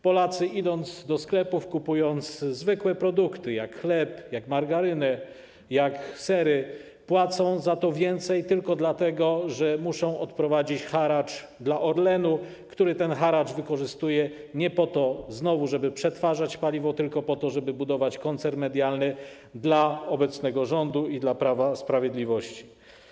Polacy, idąc do sklepów, kupując zwykłe produkty jak chleb, margaryna, sery, płacą za nie więcej tylko dlatego, że muszą odprowadzić haracz dla Orlenu, który ten haracz wykorzystuje nie po to znowu, żeby przetwarzać paliwo, tylko po to, żeby budować koncern medialny dla obecnego rządu i dla Prawa i Sprawiedliwości.